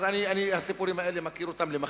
את הסיפורים האלה אני מכיר למכביר.